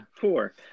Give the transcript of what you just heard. four